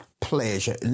pleasure